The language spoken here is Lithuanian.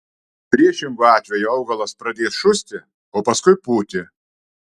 priešingu atveju augalas pradės šusti o paskui pūti